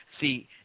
See